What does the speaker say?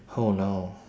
oh no